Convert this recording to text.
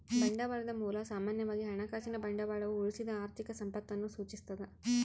ಬಂಡವಾಳದ ಮೂಲ ಸಾಮಾನ್ಯವಾಗಿ ಹಣಕಾಸಿನ ಬಂಡವಾಳವು ಉಳಿಸಿದ ಆರ್ಥಿಕ ಸಂಪತ್ತನ್ನು ಸೂಚಿಸ್ತದ